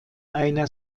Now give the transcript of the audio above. einer